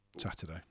Saturday